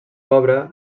obra